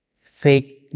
fake